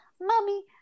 Mommy